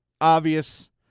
obvious